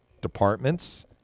departments